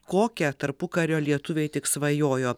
kokią tarpukario lietuviai tik svajojo